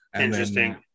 interesting